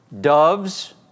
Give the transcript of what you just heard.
doves